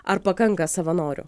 ar pakanka savanorių